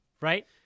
right